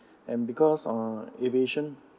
and because uh aviation